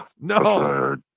no